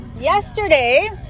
yesterday